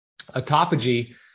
Autophagy